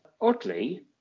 Oddly